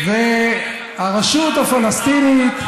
והרשות הפלסטינית,